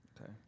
Okay